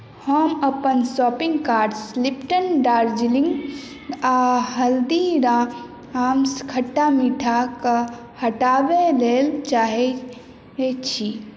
हम अपन शॉपिंग कार्टसँ लिप्टन दार्जिलिंग आ हल्दीराम्स खट्टा मीठा कऽ हटाबय लेल चाहैत छी